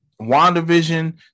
WandaVision